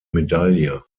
medaille